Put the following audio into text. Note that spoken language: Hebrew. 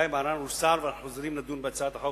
אדוני